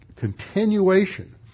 Continuation